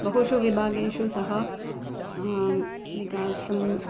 बहुषु विभागेषु सः विकासम्